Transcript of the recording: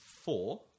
four